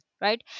right